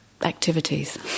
activities